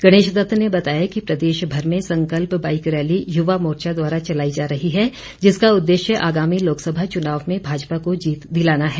गणेशदत्त ने बताया कि प्रदेशभर में संकल्प बाईक रैली युवा मोर्चा द्वारा चलाई जा रही है जिसका उददेश्य आगामी लोकसभा चुनाव में भाजपा को जीत दिलाना है